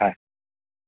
হয়